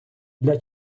для